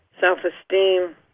self-esteem